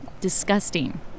disgusting